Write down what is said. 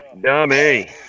dummy